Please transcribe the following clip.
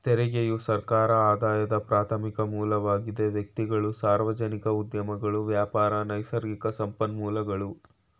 ತೆರಿಗೆಯು ಸರ್ಕಾರ ಆದಾಯದ ಪ್ರಾರ್ಥಮಿಕ ಮೂಲವಾಗಿದೆ ವ್ಯಕ್ತಿಗಳು, ಸಾರ್ವಜನಿಕ ಉದ್ಯಮಗಳು ವ್ಯಾಪಾರ, ನೈಸರ್ಗಿಕ ಸಂಪನ್ಮೂಲಗಳು